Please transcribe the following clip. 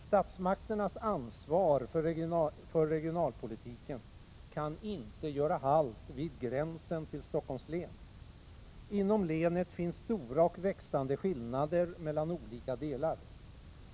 Statsmakternas ansvar för regionalpolitiken kan inte göra halt vid gränsen till Stockholms län. Inom länet finns stora och växande skillnader mellan olika delar.